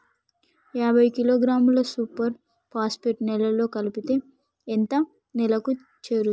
యాభై కిలోగ్రాముల super phosphate నేలలో కలిపితే ఎంత నేలకు చేరుతది?